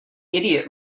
idiot